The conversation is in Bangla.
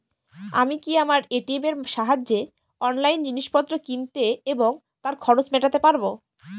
আমি কি আমার এ.টি.এম এর সাহায্যে অনলাইন জিনিসপত্র কিনতে এবং তার খরচ মেটাতে পারব?